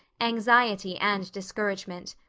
anxiety and discouragement.